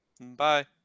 bye